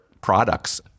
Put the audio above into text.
products